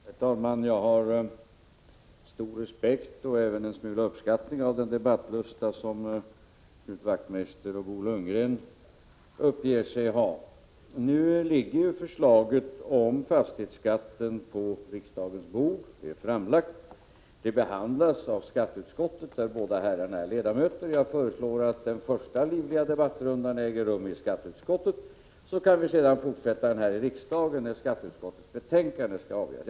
Herr talman! Jag hyser stor respekt — och även en smula uppskattning — för den debattlusta som Knut Wachtmeister och Bo Lundgren uppger sig ha. Nu ligger ju förslaget om fastighetsskatten på riksdagens bord. Förslaget behandlas i skatteutskottet, där båda herrarna är ledamöter. Jag föreslår att den första livliga debattrundan äger rum i skatteutskottet. Sedan kan vi fortsätta här i kammaren när skatteutskottets betänkande skall behandlas.